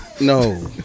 No